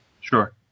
Sure